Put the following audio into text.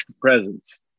presence